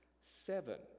seven